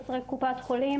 חסרי קופת חולים.